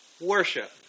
worship